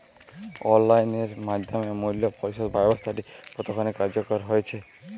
Online এর মাধ্যমে মূল্য পরিশোধ ব্যাবস্থাটি কতখানি কার্যকর হয়েচে?